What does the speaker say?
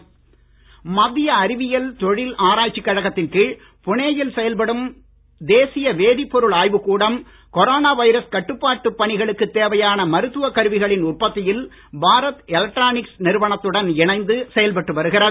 thermometer மத்திய அறிவியல் தொழில் ஆராய்ச்சி கழகத்தின் கீழ் புனேயில் செயல்படும் தேசிய வேதிப்பொருள் ஆய்வுக் கூடம் கொரோனா வைரஸ் கட்டுப்பாட்டு பணிகளுக்குத் தேவையான மருத்துவ கருவிகளின் உற்பத்தியில் பாரத் எலக்ட்ரானிக்ஸ் நிறுவனத்துடன் இணைந்து செயல்பட்டு வருகிறது